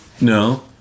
No